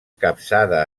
capçada